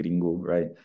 right